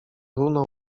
runął